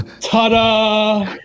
Ta-da